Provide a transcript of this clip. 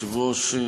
אדוני היושב-ראש,